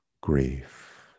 grief